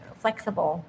flexible